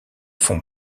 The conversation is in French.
font